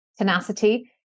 tenacity